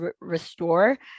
restore